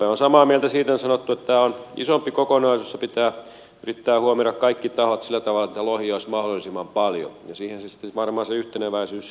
olen samaa mieltä siitä kun on sanottu että tämä on isompi kokonaisuus jossa pitää huomioida kaikki tahot sillä tavalla että lohia olisi mahdollisimman paljon ja siihen se yhteneväisyys varmaan sitten loppuukin